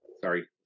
sorry